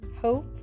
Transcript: Hope